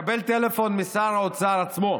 מקבל טלפון משר האוצר עצמו.